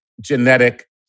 genetic